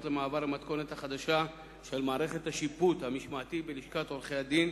למעבר למתכונת החדשה של מערכת השיפוט המשמעתי בלשכת עורכי-הדין